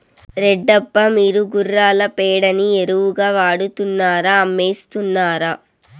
రెడ్డప్ప, మీరు గుర్రాల పేడని ఎరువుగా వాడుతున్నారా అమ్మేస్తున్నారా